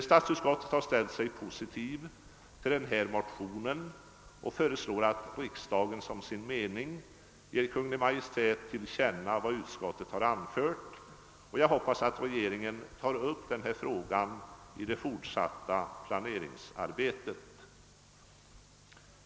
Statsutskottet har ställt sig positivt till den här motionen och föreslår att riksdagen som sin mening ger Kungl. Maj:t till känna vad utskottet har anfört, och jag hoppas att regeringen tar upp frågan i det fortsatta planeringsarbetet.